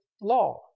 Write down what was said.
law